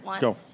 go